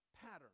pattern